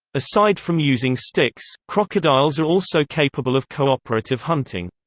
aside from using sticks, crocodiles are also capable of cooperative hunting.